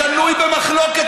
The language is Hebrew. השנוי במחלוקת,